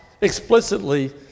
explicitly